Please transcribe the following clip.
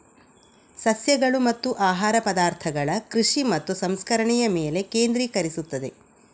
ಸಸ್ಯಗಳು ಮತ್ತು ಆಹಾರ ಪದಾರ್ಥಗಳ ಕೃಷಿ ಮತ್ತು ಸಂಸ್ಕರಣೆಯ ಮೇಲೆ ಕೇಂದ್ರೀಕರಿಸುತ್ತದೆ